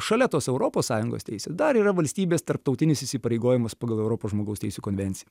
šalia tos europos sąjungos teisė dar yra valstybės tarptautinis įsipareigojimas pagal europos žmogaus teisių konvenciją